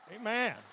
Amen